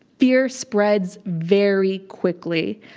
fear spreads very quickly.